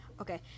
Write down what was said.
Okay